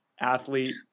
athlete